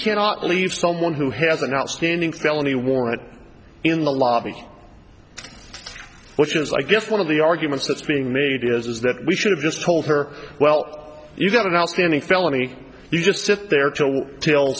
cannot leave someone who has an outstanding felony warrant in the lobby which is i guess one of the arguments that's being made is that we should have just told her well you've got an outstanding felony you just sit there till til